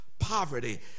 poverty